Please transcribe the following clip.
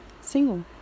single